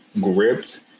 gripped